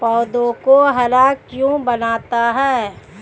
पौधों को हरा क्या बनाता है?